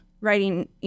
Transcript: writing